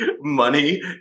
money